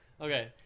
Okay